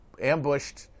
ambushed